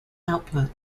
output